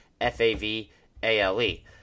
F-A-V-A-L-E